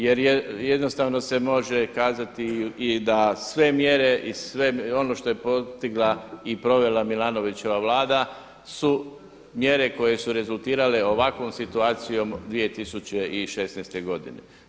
Jer je jednostavno se može kazati i da sve mjere i sve ono što je postigla i provela Milanovićeva Vlada su mjere koje su rezultirale ovakvom situacijom 2016. godine.